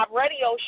radio